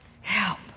help